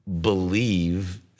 believe